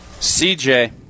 CJ